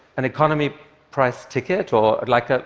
an economy price ticket, or, like, ah